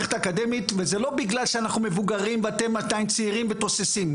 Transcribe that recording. וזה לא בגלל שאנחנו מבוגרים ואתם עדיין צעירים ותוססים.